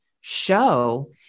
show